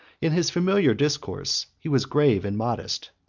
in his familiar discourse he was grave and modest,